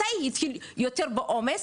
מתי התחיל להיות עומס,